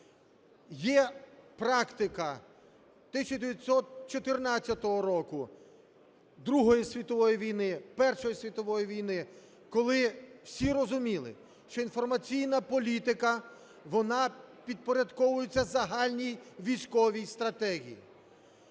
є практика 1914 року, Другої світової війни, Першої світової війни, коли всі розуміли, що інформаційна політика вона підпорядковується загальній військовій стратегії.